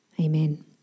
Amen